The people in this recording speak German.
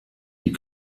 die